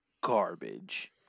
garbage